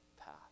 path